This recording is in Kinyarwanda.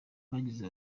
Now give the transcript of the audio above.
bagize